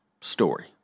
story